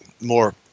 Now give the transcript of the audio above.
more